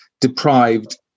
deprived